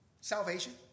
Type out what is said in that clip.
Salvation